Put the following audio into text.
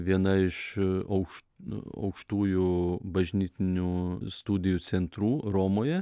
viena iš aukšt aukštųjų bažnytinių studijų centrų romoje